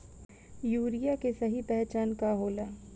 Urea के सही पहचान का होला?